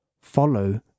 Follow